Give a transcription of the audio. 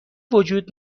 وجود